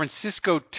francisco